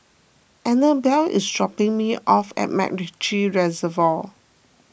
Anabel is dropping me off at MacRitchie Reservoir